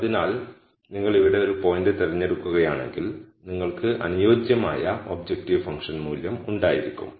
അതിനാൽ നിങ്ങൾ ഇവിടെ ഒരു പോയിന്റ് തിരഞ്ഞെടുക്കുകയാണെങ്കിൽ നിങ്ങൾക്ക് അനുയോജ്യമായ ഒബ്ജക്റ്റീവ് ഫംഗ്ഷൻ മൂല്യം ഉണ്ടായിരിക്കും